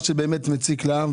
מה שבאמת מציק לעם,